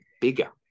bigger